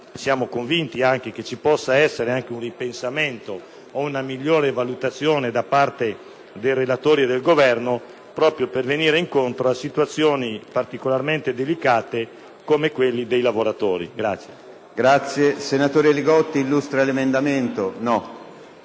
siamo convinti – che ci possa essere un ripensamento o una migliore valutazione da parte dei relatori e del Governo in proposito, per venire incontro a situazioni particolarmente delicate come quelle relative ai